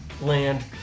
land